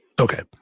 Okay